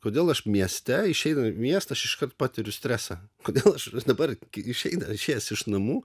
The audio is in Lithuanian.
kodėl aš mieste išeidamas į miestą aš iškart patiriu stresą kodėl aš dabar išeina išėjęs iš namų